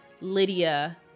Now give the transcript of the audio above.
Lydia